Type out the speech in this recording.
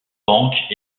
banques